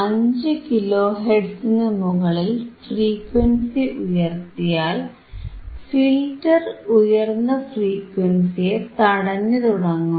5 kilo ഹെർട്സിനു മുകളിൽ frequency ഉയർത്തിയാൽ ഫിൽറ്റർ ഉയർന്ന ഫ്രീക്വൻസിയെ തടഞ്ഞുതുടങ്ങും